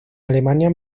alemania